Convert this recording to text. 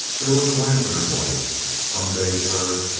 there was a laugh in her voice, some day, sir,